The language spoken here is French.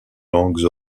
langues